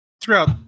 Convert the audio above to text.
throughout